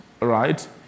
right